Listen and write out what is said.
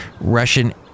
Russian